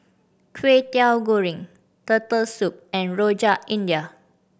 Kwetiau Goreng Turtle Soup and Rojak India